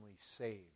saved